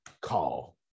call